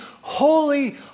Holy